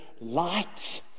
light